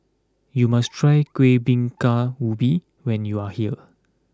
you must try Kueh Bingka Ubi when you are here